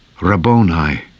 Rabboni